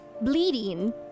bleeding